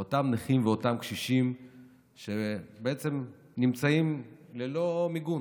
אותם נכים ואותם קשישים שבעצם נמצאים ללא מיגון.